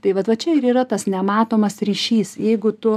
tai vat va čia ir yra tas nematomas ryšys jeigu tu